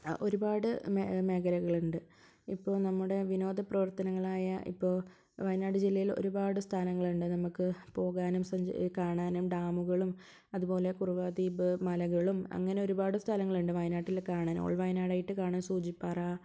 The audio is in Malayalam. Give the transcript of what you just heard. ഒരുപാട് മേ മേഖലകളുണ്ട് ഇപ്പോൾ നമ്മുടെ വിനോദ പ്രവർത്തനങ്ങളായ ഇപ്പോൾ വയനാട് ജില്ലയിൽ ഒരുപാട് സ്ഥാനങ്ങളുണ്ട് നമുക്ക് പോകാനും സഞ്ചരിക്കാനും കാണാനും ഡാമുകളും അതുപോലെ കുറുവ ദ്വീപ് മലകളും അങ്ങനെ ഒരുപാട് സ്ഥലങ്ങളുണ്ട് വയനാട്ടിൽ കാണാൻ ഓൾ വയനാട് ആയിട്ട് കാണാൻ സൂചിപ്പാറ